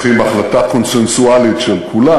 צריכים החלטה קונסנזואלית של כולם.